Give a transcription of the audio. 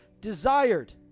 desired